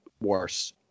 worse